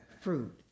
fruit